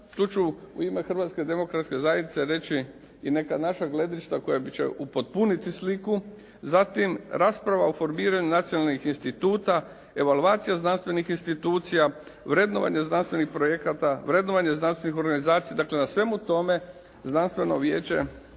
Tu ću u ime Hrvatske demokratske zajednice reći i neka naša gledišta koja će upotpuniti sliku, zatim rasprava o formiranju nacionalnih instituta, evaluacija znanstvenih institucija, vrednovanje znanstvenih projekata, vrednovanje znanstvenih organizacija. Dakle, na svemu tome Nacionalno vijeće